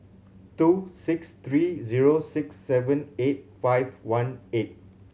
two six three zero six seven eight five one eight